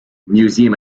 museum